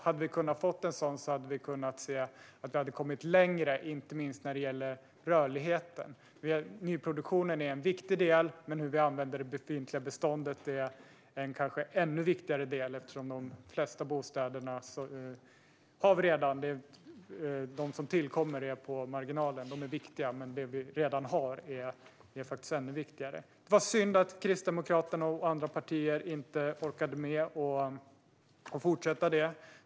Hade vi kunnat få en reform tror jag att vi hade kunnat se att vi kommit längre inte minst när det gäller rörligheten. Nyproduktionen är en viktig del, men hur vi använder det befintliga beståndet är en kanske ännu viktigare del - eftersom de flesta bostäder är sådana vi redan har. De som tillkommer är på marginalen. De är viktiga, men de vi redan har är faktiskt ännu viktigare. Det är synd att Kristdemokraterna och andra partier inte orkade med att fortsätta detta.